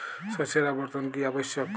শস্যের আবর্তন কী আবশ্যক?